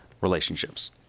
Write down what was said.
relationships